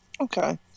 okay